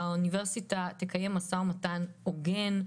שהאוניברסיטה תקיים משא ומתן הוגן,